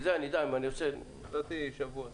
שבוע.